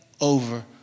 over